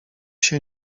się